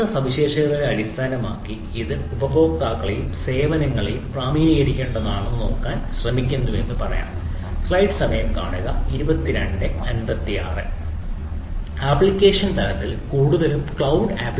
വ്യത്യസ്ത സവിശേഷതകളെ അടിസ്ഥാനമാക്കി ഇത് ഉപയോക്താക്കളെയും സേവനങ്ങളെയും പ്രാമാണീകരിക്കേണ്ടത് ആണെന്ന് നോക്കാൻ ശ്രമിക്കുന്നുവെന്ന് പറഞ്ഞു